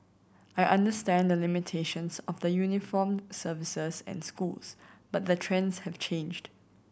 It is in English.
I understand the limitations of the uniformed services and schools but the trends have changed